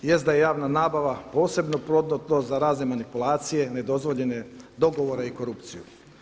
Jest da je javna nabava posebno plodno tlo za razne manipulacije, nedozvoljene dogovore i korupciju.